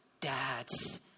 dads